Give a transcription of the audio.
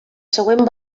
següent